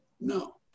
No